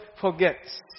forgets